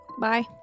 Bye